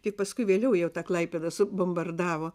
tik paskui vėliau jau tą klaipėdą subombardavo